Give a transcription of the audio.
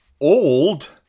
old